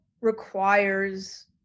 requires